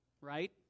Right